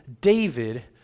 David